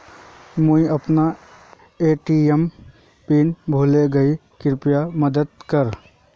मुई अपना ATM pin भूले गही कृप्या मदद कर